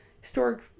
Historic